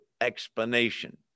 explanation